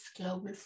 Global